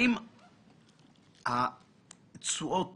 האם התשואות